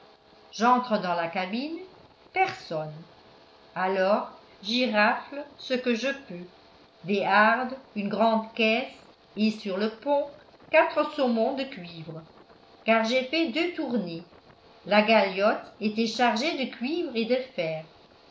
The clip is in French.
j'entre dans la cabine personne alors j'y rafle ce que je peux des hardes une grande caisse et sur le pont quatre saumons de cuivre car j'ai fait deux tournées la galiote était chargée de cuivre et de fer